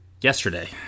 Yesterday